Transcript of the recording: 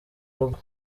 rugo